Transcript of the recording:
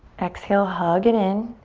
exhale hug it in.